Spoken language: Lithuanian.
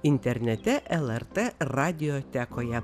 internete lrt radiotekoje